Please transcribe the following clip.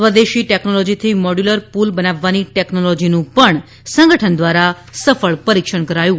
સ્વેદેશી ટેકનોલોજીથી મોડયુલર પુલ બનાવવાની ટેકનોલોજીનું પણ સંગઠન ધ્વારા સફળ પરીક્ષણ કરાયું છે